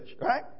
Right